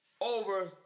over